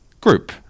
group